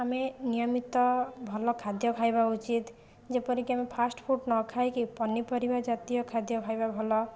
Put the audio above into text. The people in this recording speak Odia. ଆମେ ନିୟମିତ ଭଲ ଖାଦ୍ୟ ଖାଇବା ଉଚିତ ଯେପରି କି ଆମେ ଫାଷ୍ଟଫୁଡ଼ ନ ଖାଇକି ପନିପରିବା ଜାତୀୟ ଖାଦ୍ୟ ଖାଇବା ଭଲ